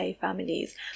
families